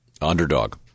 Underdog